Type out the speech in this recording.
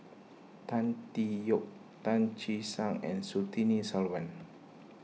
Tan Tee Yoke Tan Che Sang and Surtini Sarwan